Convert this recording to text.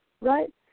right